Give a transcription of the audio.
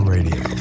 Radio